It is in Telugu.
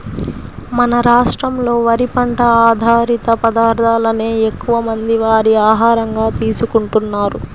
మన రాష్ట్రంలో వరి పంట ఆధారిత పదార్ధాలనే ఎక్కువమంది వారి ఆహారంగా తీసుకుంటున్నారు